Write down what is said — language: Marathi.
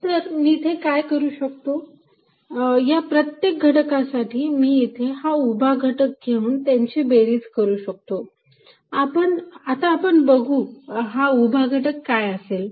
तर मी इथे काय करू शकतो या प्रत्येक घटकासाठी मी येथे हा उभा घटक घेऊन त्याची बेरीज करू शकतो आता आपण बघू हा उभा घटक काय असेल